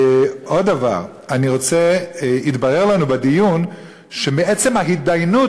עוד דבר: התברר לנו בדיון שמעצם ההתדיינות